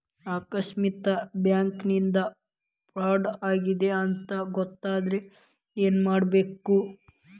ಆಕಸ್ಮಾತ್ ಬ್ಯಾಂಕಿಂದಾ ಫ್ರಾಡ್ ಆಗೇದ್ ಅಂತ್ ಗೊತಾತಂದ್ರ ಏನ್ಮಾಡ್ಬೇಕು?